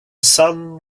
sun